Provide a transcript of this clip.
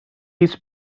his